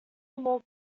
more